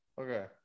Okay